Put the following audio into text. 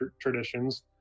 traditions